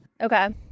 Okay